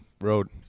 Road